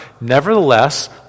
nevertheless